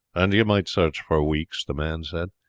and you might search for weeks, the man said,